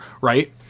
right